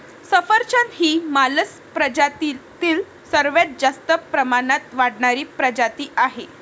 सफरचंद ही मालस प्रजातीतील सर्वात जास्त प्रमाणात वाढणारी प्रजाती आहे